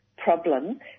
problem